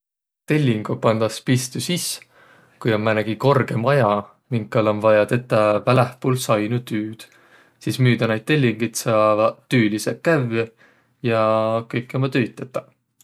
Tellinguq pandas pistü sis, ku om määnegi korgõ maja, minkal om vaja tetäq välähpuul saino tüüd. Sis müüdä naid tellingit saavaq tüüliseq kävvüq ja kõiki ummi töid tetäq.